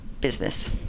business